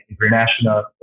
international